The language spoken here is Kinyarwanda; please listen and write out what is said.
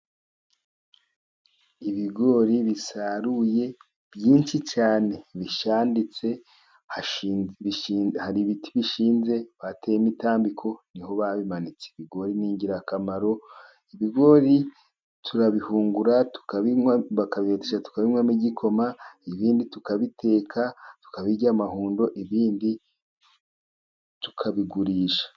Ibigori bisaruye byinshi cyane. Bishaditse, hari ibiti bishinze, bateye imitambiko, niho babimanitse. Ibigori ni ingirakamaro, ibigori turabihungura bakabibetesha tukabinywamo igikoma, ibindi tukabiteka tukabirya amahundo, ibindi tukabigurisha.